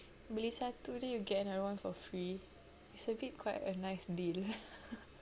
beli satu then you get another one for free is a bit quite a nice deal